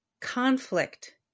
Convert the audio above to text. conflict